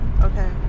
Okay